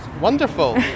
Wonderful